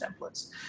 templates